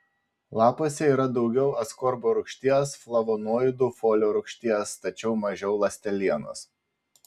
lapuose yra daugiau askorbo rūgšties flavonoidų folio rūgšties tačiau mažiau ląstelienos